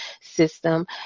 system